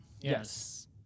yes